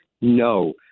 No